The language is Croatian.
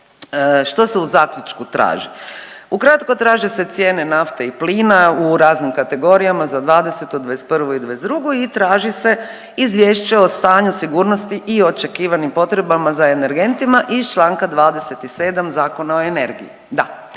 što se u zaključku traži? Ukratko, traže se cijene nafte i plina u raznim kategorijama za 20., 21. i 22. i traži se Izvješće o stanju sigurnosti i očekivanim potrebama za energentima iz članka 27. Zakona o energiji.